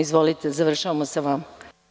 Izvolite, završavamo sa vama.